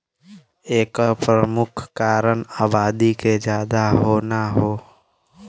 एकर परमुख कारन आबादी के जादा होना हौ